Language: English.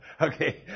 Okay